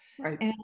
Right